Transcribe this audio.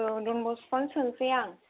औ डनबस्क'आवनो सोनोसै आं